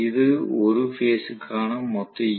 இது ஒரு பேஸ் க்கான மொத்த ஈ